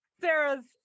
Sarah's